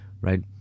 Right